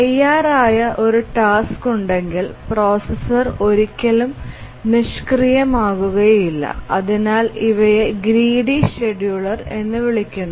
തയ്യാറായ ഒരു ടാസ്ക് ഉണ്ടെങ്കിൽ പ്രോസസ്സർ ഒരിക്കലും നിഷ്ക്രിയമാകുകയില്ല അതിനാൽ ഇവയെ ഗ്രീഡീ ഷെഡ്യൂളർ എന്ന് വിളിക്കുന്നു